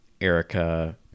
Erica